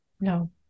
no